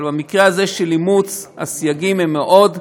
אבל במקרה הזה של אימוץ הסייגים הם מאוד חשובים,